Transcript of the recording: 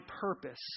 purpose